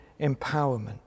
empowerment